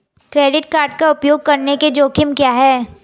Credit card का उपयोग करने के जोखिम क्या हैं?